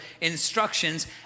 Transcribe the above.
instructions